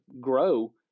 grow